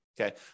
okay